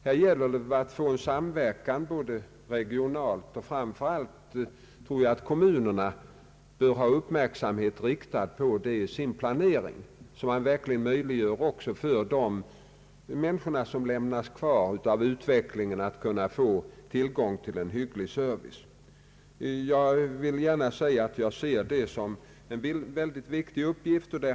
Här gäller det att få en samverkan regionalt, och framför allt kommunerna bör ha uppmärksamheten riktad på problemen vid sin planering, så att man verkligen möjliggör för de människor som lämnas kvar av utvecklingen att få tillgång till en hygglig service. Jag ser detta som en mycket viktig uppgift.